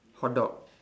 hotdog